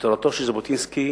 את תורתו של ז'בוטינסקי,